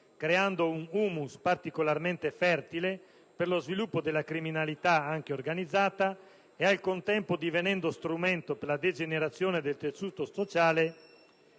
creando un *humus* particolarmente fertile per lo sviluppo della criminalità, anche organizzata, e al contempo divenendo strumento per la degenerazione del tessuto sociale